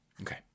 Okay